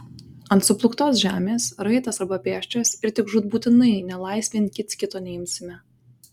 ant suplūktos žemės raitas arba pėsčias ir tik žūtbūtinai nelaisvėn kits kito neimsime